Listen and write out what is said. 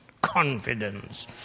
Confidence